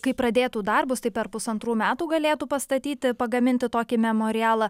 kai pradėtų darbus tai per pusantrų metų galėtų pastatyti pagaminti tokį memorialą